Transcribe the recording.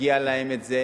מגיע להן לקבל את זה.